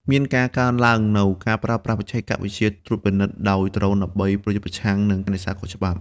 មានការកើនឡើងនូវការប្រើប្រាស់ បច្ចេកវិទ្យា ត្រួតពិនិត្យដោយដ្រូនដើម្បីប្រយុទ្ធប្រឆាំងនឹងនេសាទខុសច្បាប់។